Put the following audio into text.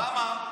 למה?